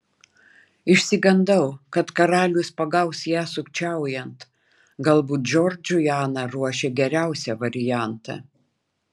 išsigandau kad karalius pagaus ją sukčiaujant galbūt džordžui ana ruošė geriausią variantą